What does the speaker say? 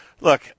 Look –